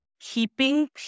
keeping